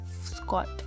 Scott